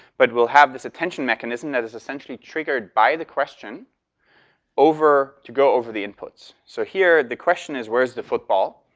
but we'll have this attention mechanism that is essentially triggered by the question to go over the inputs. so here the question is, where's the football?